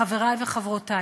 חברי וחברותי,